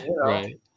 Right